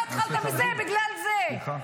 אתה התחלת עם זה, בגלל זה.